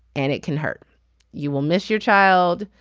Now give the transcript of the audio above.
and it can hurt you will miss your child.